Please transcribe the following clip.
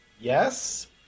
yes